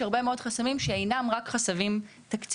היא להדגיש שישנם חסמים שאינם תקציביים,